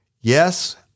Yes